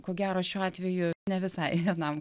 ko gero šiuo atveju ne visai vienam